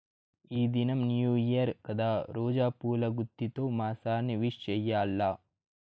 ఈ దినం new year కదా రోజా పూల గుత్తితో మా సార్ ని విష్ చెయ్యాల్ల